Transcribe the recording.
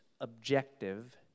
Objective